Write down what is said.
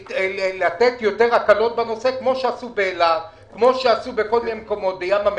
לתת יותר הקלות בנושא כמו שעשו באילת ובים המלח.